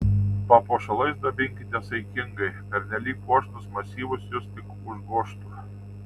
papuošalais dabinkitės saikingai pernelyg puošnūs masyvūs jus tik užgožtų